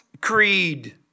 creed